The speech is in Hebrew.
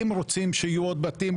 אם רוצים שיהיו עוד בתים,